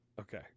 Okay